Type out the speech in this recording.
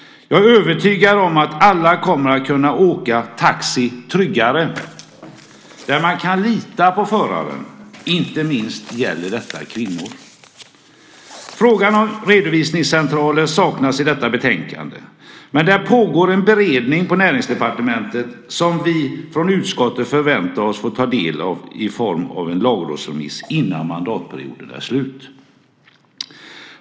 Jag är övertygad om att alla kommer att kunna åka taxi tryggare där man kan lita på föraren. Inte minst gäller detta kvinnor. Frågan om redovisningscentraler saknas i detta betänkande, men det pågår en beredning i Näringsdepartementet som vi från utskottet förväntar att vi ska få ta del av i form av en lagrådsremiss innan mandatperioden är slut.